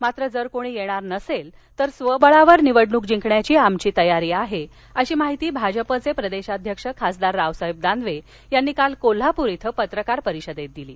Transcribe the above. मात्र जर कोणी येणार नसेल तर स्वबळावर निवडणूक जिंकण्याची आमची तयारी झाली आहे अशी माहिती भाजपचे प्रदेशाध्यक्ष खासदार रावसाहेब दानवे यांनी काल कोल्हापूर इथं पत्रकार परिषदेत दिली